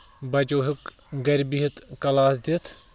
بَچو ہیٚوک گرِ بِہتھ کلاس دِتھ